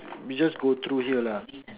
we just go through here lah